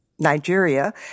Nigeria